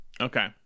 okay